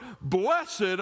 Blessed